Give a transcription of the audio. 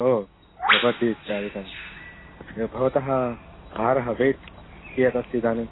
ओ कब्बड्डि इत्यादिकम् वा अस्ति भवतः भारः वेट् कियदस्ति इदानीम्